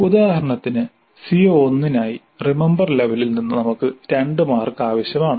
ഉദാഹരണത്തിന് CO1 നായി remember ലെവലിൽ നിന്ന് നമുക്ക് 2 മാർക്ക് ആവശ്യമാണ്